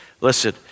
Listen